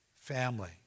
family